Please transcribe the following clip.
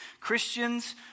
Christians